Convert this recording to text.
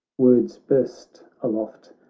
words burst aloft,